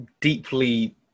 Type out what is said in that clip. deeply